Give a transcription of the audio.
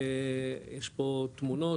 יש פה תמונות,